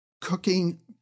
cooking